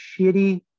shitty